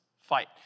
fight